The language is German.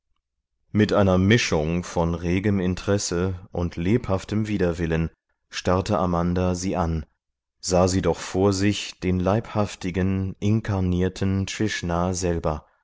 mit einer mischung von regem interesse und lebhaftem widerwillen starrte amanda sie an sah sie doch vor sich den leibhaftigen inkarnierten trishna selber